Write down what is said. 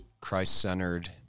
Christ-centered